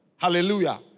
Hallelujah